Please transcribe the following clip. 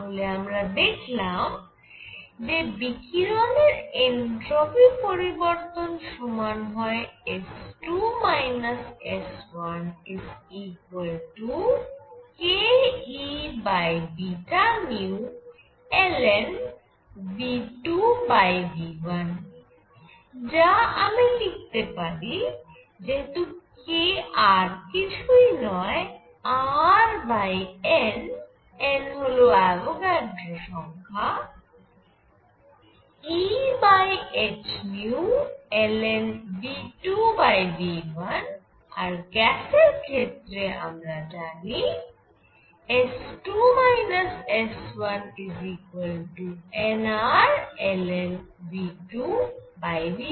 তাহলে আমরা দেখলাম যে বিকিরণের এনট্রপি পরিবর্তন সমান হয় S2 S1 kEβνln V2V1 যা আমি লিখতে পারি যেহেতু k আর কিছুই নয় Rn n হল অ্যাভোগাড্রো সংখ্যা Ehνln V2V1 আর গ্যাসের ক্ষেত্রে আমরা জানি S2 S1nRln V2V1